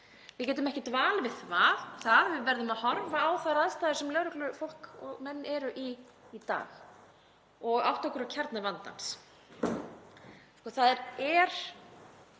Við getum ekki dvalið við það, við verðum að horfa á þær aðstæður sem lögreglufólk og -menn eru í í dag og átta okkur á kjarna vandans. Það er